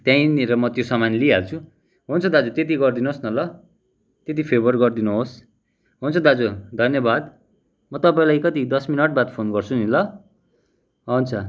त्यहीँनिर मो त्यो सामान लिइहाल्छु हुन्छ दाजु त्यति गरिदिनुहोस् न ल त्यति फेबर गरिदिनुहोस् हुन्छ दाजु धन्यवाद म तपाईँलाई कति दस मिनट बाद फोन गर्छु नि ल हुन्छ